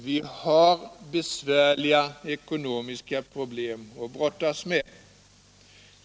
Vi har besvärliga ekonomiska problem att brottas med.